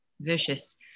vicious